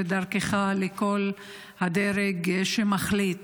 ודרכך לכל הדרג שמחליט: